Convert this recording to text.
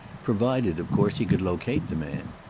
provided of course he could locate the man.